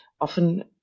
often